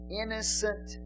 innocent